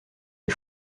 des